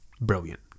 brilliant